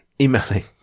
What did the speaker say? emailing